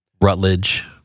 Rutledge